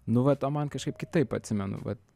nu vat o man kažkaip kitaip atsimenu vat